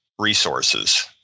resources